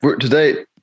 Today